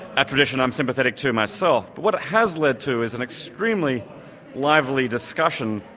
a tradition unsympathetic to myself. what it has led to is an extremely lively discussion,